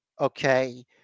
Okay